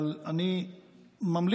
אבל אני ממליץ